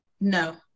No